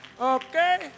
Okay